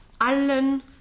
Allen